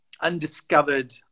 undiscovered